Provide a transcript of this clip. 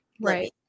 Right